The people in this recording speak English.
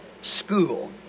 school